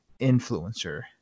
influencer